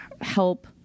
help